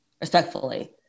Respectfully